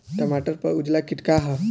टमाटर पर उजला किट का है?